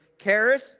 Karis